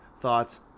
Thoughts